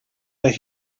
that